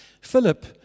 Philip